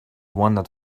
wandered